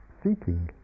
seeking